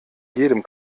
jedem